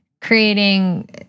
creating